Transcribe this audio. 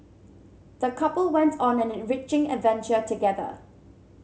the couple went on an enriching adventure together